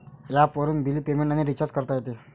ॲपवरून bill payment आणि recharge करता येते